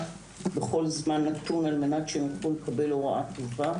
בכל זמן נתון על מנת שהם יוכלו לקבל הוראה טובה.